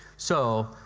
so,